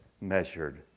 measured